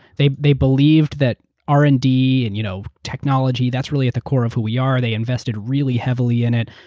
they they believed that r and d and you know technology is really at the core of who we are. they invested really heavily in it.